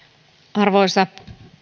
arvoisa